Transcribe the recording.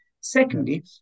Secondly